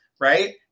right